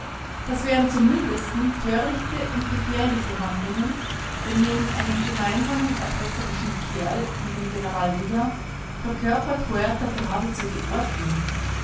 das wären zum mindesten törichte und gefährliche handlungen denn neben einem gemeinen erpresserischen kerl wie dem general villa verkörpert huerta geradezu die ordnung